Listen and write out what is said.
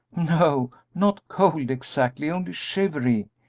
no, not cold exactly, only shivery,